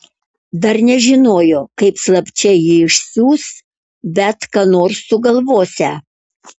dar nežinojo kaip slapčia jį išsiųs bet ką nors sugalvosią